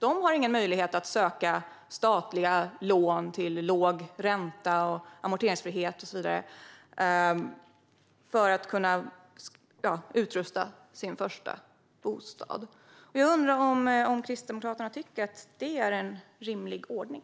De har ingen möjlighet att söka statliga lån till låg ränta och amorteringsfrihet för att utrusta sin första bostad. Jag undrar om Kristdemokraterna tycker att det är en rimlig ordning.